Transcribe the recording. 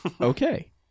Okay